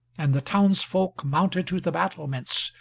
and the towns-folk mounted to the battlements,